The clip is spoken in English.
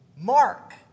Mark